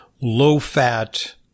low-fat